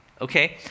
okay